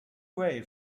away